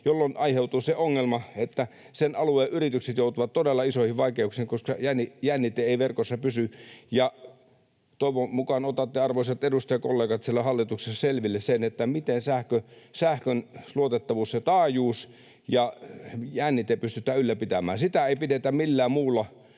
jolloin aiheutuu se ongelma, että sen alueen yritykset joutuvat todella isoihin vaikeuksiin, koska jännite ei verkossa pysy. Toivon mukaan otatte, arvoisat edustajakollegat, siellä hallituksessa selville sen, miten sähkön luotettavuus ja taajuus ja jännite pystytään ylläpitämään. Sitä ei pidetä millään muulla